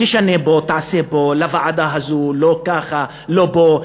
תשנה פה, תעשה פה, לוועדה הזאת, לא ככה, לא פה.